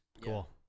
Cool